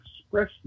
express